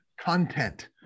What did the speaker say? Content